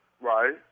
Right